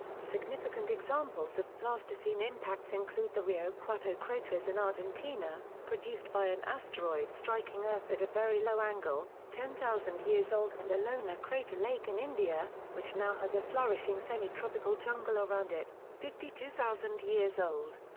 significant examples of pleistocene impacts include the rio cuarto craters in argentina, produced by an asteroid striking earth at a very low angle, ten thousand years old and the lonar crater lake in india, which now has a flourishing semi-tropical jungle around it, fifty two thousand years old.